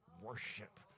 worship